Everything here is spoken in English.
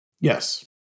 Yes